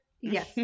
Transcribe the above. Yes